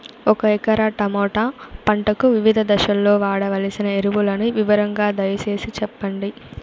ఒక ఎకరా టమోటా పంటకు వివిధ దశల్లో వాడవలసిన ఎరువులని వివరంగా దయ సేసి చెప్పండి?